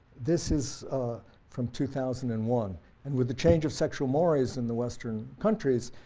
this is from two thousand and one and with the change of sexual mores in the western countries,